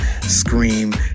scream